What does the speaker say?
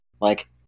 like-